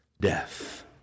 death